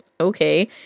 okay